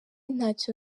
ntacyo